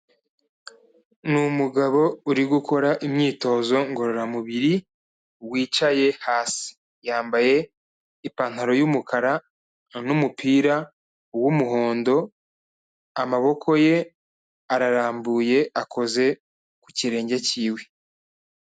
Ni umugabo uri gukora imyitozo ngororamubiri, wicaye hasi. Yambaye ipantaro y'umukara n'umupira w'umuhondo, amaboko ye ayarambuye akoze ku kirenge cyiwe.